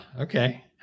Okay